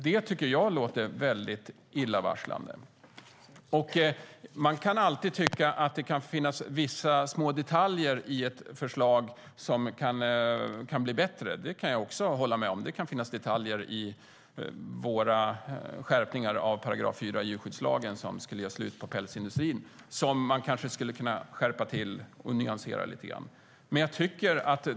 Det tycker jag låter illavarslande. Man kan alltid tycka att det kan finnas små detaljer i ett förslag som kan bli bättre. Det kan jag också hålla med om. Det kan finnas detaljer i våra förslag på skärpning av § 4 i djurskyddslagen som skulle göra slut på pälsindustrin som skulle kunna nyanseras lite grann.